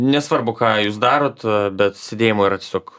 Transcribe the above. nesvarbu ką jūs darot bet sėdėjimo yra tiesiog